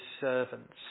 servants